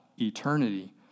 eternity